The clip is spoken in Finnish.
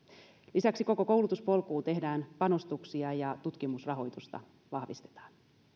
lisäksi koko koulutuspolkuun tehdään panostuksia ja tutkimusrahoitusta vahvistetaan